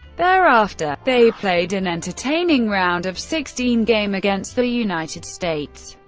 thereafter, they played an entertaining round of sixteen game against the united states,